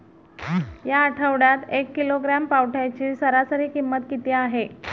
या आठवड्यात एक किलोग्रॅम पावट्याची सरासरी किंमत किती आहे?